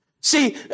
See